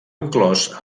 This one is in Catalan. inclòs